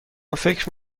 فکر